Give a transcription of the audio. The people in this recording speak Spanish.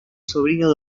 sobrino